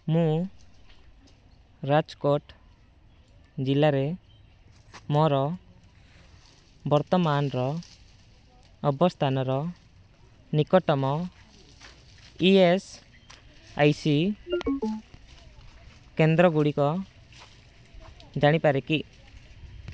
ମୁଁ ରାଜକୋଟ ଜିଲ୍ଲାରେ ମୋର ବର୍ତ୍ତମାନର ଅବସ୍ଥାନର ନିକଟତମ ଇ ଏସ୍ ଆଇ ସି କେନ୍ଦ୍ର ଗୁଡ଼ିକ ଜାଣିପାରେ କି